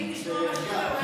לרשותך.